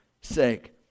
sake